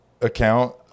account